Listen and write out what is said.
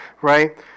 right